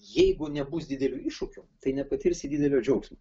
jeigu nebus didelių iššūkių tai nepatirsi didelio džiaugsmo